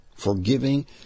forgiving